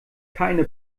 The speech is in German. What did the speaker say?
keine